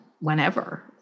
whenever